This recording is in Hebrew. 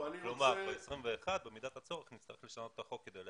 כלומר, 21, ובמידת הצורך, נצטרך לשנות את החוק.